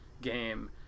game